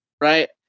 Right